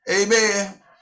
Amen